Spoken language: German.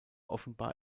offenbar